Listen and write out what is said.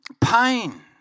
Pain